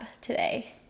today